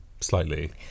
slightly